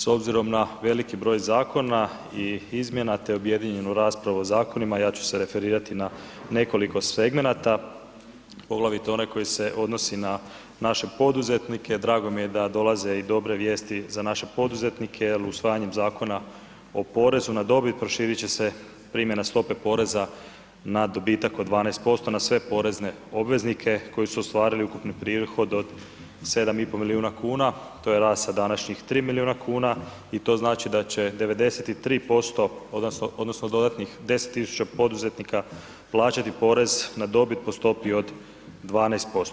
S obzirom na veliki broj zakona i izmjena, te objedinjenu raspravu o zakonima, ja ću se referirati na nekoliko segmenata, poglavito one koje se odnosi na naše poduzetnike, drago mi je da dolaze i dobre vijesti za naše poduzetnike jel usvajanjem Zakona o porezu na dobit proširit će se primjena stope poreza na dobitak od 12% na sve porezne obveznike koji su ostvarili ukupni prihod od 7,5 milijuna kuna, to je rast sa današnjih 3 milijuna kuna i to znači da će 93% odnosno, odnosno dodatnih 10 000 poduzetnika plaćati porez na dobit po stopi od 12%